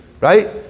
right